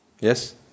Yes